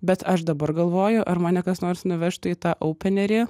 bet aš dabar galvoju ar mane kas nors nuvežtų į tą opernerį